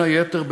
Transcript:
בין היתר,